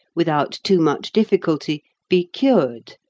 without too much difficulty, be cured.